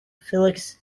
felix